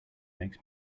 makes